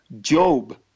Job